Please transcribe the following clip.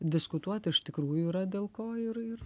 diskutuoti iš tikrųjų yra dėl ko ir ir